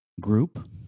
group